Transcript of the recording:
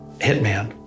Hitman